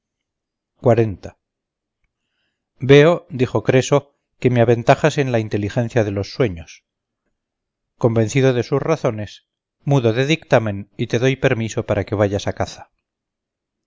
macha veo dijo creso que me aventajas en la inteligencia de los sueños convencido de tus razones mudo de dictamen y te doy permiso para que vayas a caza